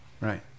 Right